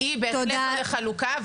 היא בהחלט לא לחלוקה.